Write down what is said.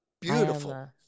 beautiful